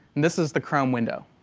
this is the chrome window.